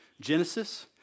Genesis